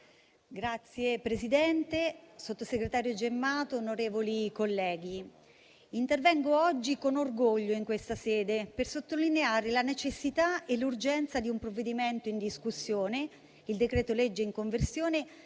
Signor Presidente, sottosegretario Gemmato, onorevoli colleghi. intervengo oggi con orgoglio in questa sede per sottolineare la necessità e l'urgenza del provvedimento in discussione. Il decreto-legge in conversione